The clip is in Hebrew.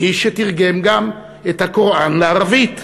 מי שתרגם גם את הקוראן מערבית,